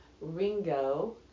Ringo